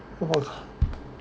不好看